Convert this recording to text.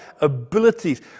abilities